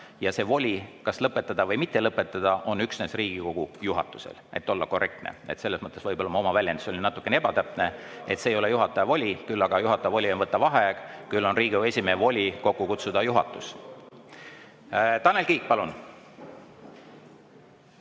Ja see voli, kas lõpetada või mitte lõpetada, on üksnes Riigikogu juhatusel, kui olla korrektne. Selles mõttes võib-olla ma oma väljenduses olin natukene ebatäpne, et see ei ole juhataja voli. Küll aga on juhataja voli võtta vaheaeg ja Riigikogu esimehe voli on kokku kutsuda juhatus. Tanel Kiik, palun!